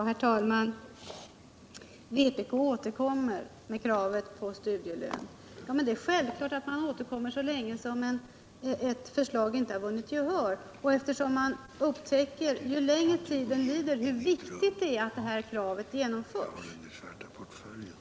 Herr talman! Ja, vpk återkommer med kravet på studielön, och det är väl självklart att man återkommer så länge ett förslag inte har vunnit gehör, och eftersom man ju längre tiden lider upptäcker hur viktigt det är att detta krav genomförs.